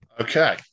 Okay